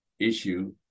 issue